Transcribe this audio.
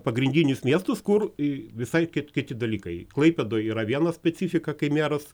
pagrindinius miestus kur visai kaip kiti dalykai klaipėdoje yra vienas specifika kai meras